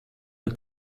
der